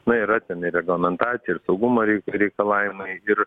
na yra ten ir reglamentacija ir saugumo reik reikalavimai ir